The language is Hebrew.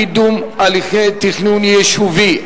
קידום הליכי תכנון יישובי),